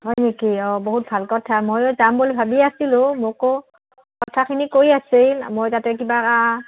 হয় নেকি অঁ বহুত ভাল কথা মইয়ো যাম বুলি ভাবি আছিলোঁ মোকো কথাখিনি কৈ আছিল মই তাতে কিবা